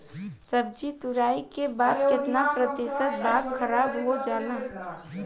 सब्जी तुराई के बाद केतना प्रतिशत भाग खराब हो जाला?